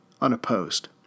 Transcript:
unopposed